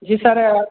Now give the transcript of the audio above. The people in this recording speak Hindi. जी सर